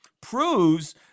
proves